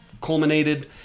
culminated